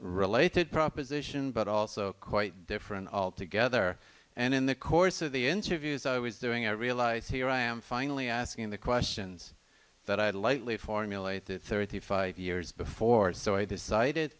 related proposition but also quite different altogether and in the course of the interviews i was doing i realize here i am finally asking the questions that i had lightly formulated thirty five years before so i decided